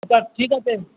আচ্ছা ঠিক আছে